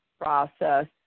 process